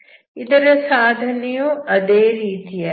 ಇದರ ಸಾಧನೆಯು ಅದೇ ರೀತಿಯಾಗಿದೆ